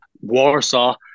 Warsaw